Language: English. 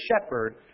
shepherd